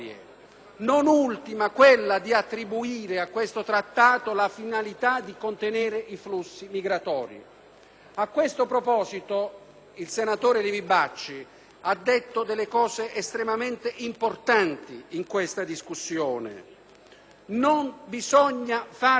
A tale proposito, il senatore Livi Bacci ha detto cose estremamente importanti in questa discussione: non bisogna farsi nessuna illusione sugli effetti di questo accordo sul contrasto all'immigrazione clandestina,